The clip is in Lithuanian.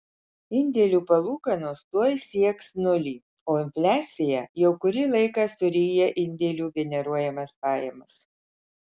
indėlių palūkanos tuoj sieks nulį o infliacija jau kurį laiką suryja indėlių generuojamas pajamas